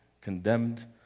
condemned